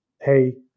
Hey